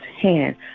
hand